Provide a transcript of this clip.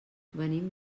venim